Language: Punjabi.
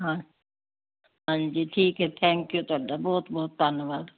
ਹਾਂ ਹਾਂਜੀ ਠੀਕ ਹੈ ਥੈਂਕ ਯੂ ਤੁਹਾਡਾ ਬਹੁਤ ਬਹੁਤ ਧੰਨਵਾਦ